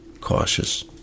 cautious